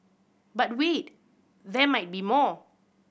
but wait there might be more